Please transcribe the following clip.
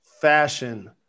fashion